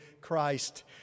Christ